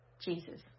Jesus